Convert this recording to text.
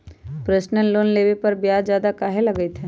Personal loan लेबे पर ब्याज ज्यादा काहे लागईत है?